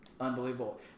unbelievable